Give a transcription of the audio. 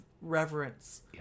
reverence